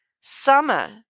summer